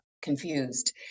confused